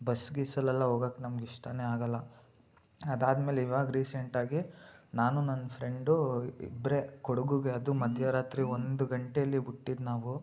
bus ಗಿಸ್ಸಲ್ಲೆಲ್ಲ ಹೋಗೋಕ್ಕೆ ನಮಗೆ ಇಷ್ಟವೇ ಆಗೊಲ್ಲ ಅದಾದಮೇಲೆ ಇವಾಗ ರಿಸೆಂಟಾಗಿ ನಾನು ನನ್ನ ಫ್ರೆಂಡು ಇಬ್ಬರೇ ಕೊಡಗಿಗೆ ಅದು ಮಧ್ಯ ರಾತ್ರಿ ಒಂದು ಗಂಟೆಯಲ್ಲಿ ಬಿಟ್ಟಿದ್ದು ನಾವು